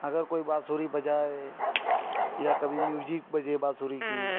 अगर कोई बाँसुरी बजाए या कभी म्यूजिक बजे बाँसुरी की